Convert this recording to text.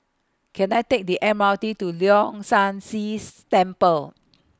Can I Take The M R T to Leong San See Temple